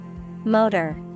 Motor